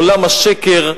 עולם השקר,